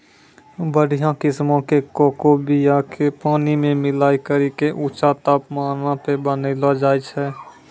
बढ़िया किस्मो के कोको बीया के पानी मे मिलाय करि के ऊंचा तापमानो पे बनैलो जाय छै